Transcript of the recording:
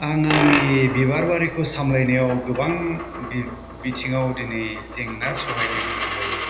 आं आंनि बिबार बारिखौ सामलायनायाव गोबां बिथिंआव दिनै जेंना सहायनो गोनां जायो